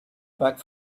back